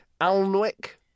Alnwick